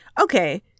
Okay